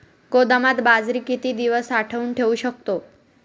गोदामात बाजरी किती दिवस साठवून ठेवू शकतो?